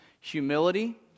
humility